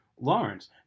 Lawrence